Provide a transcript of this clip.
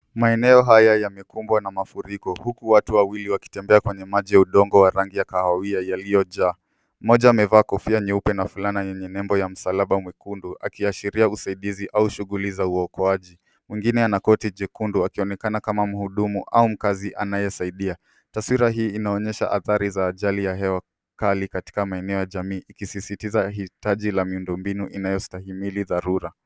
Maeneo haya yamekumbwa na mafuriko huku watu wawili wakitembea kwenye maji ya udongo wa rangi ya kahawia yaliyo jaa mmoja amevaa kofia jeupe na fulana yenye nembo ya msalama mwekundu ikiashiria usaidizi au shughuli za uokoaji. Mwingine ana koti jekundu akionekana kama muhudumu ama mkazi anayesaidia taswira hii inaonyesha adhari za ajali ya hewa kali katika maeneo ya jamii ikisisitiza hitaji la miundo mbinu inayo stahimili dharura.